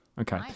Okay